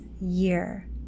year